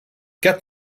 get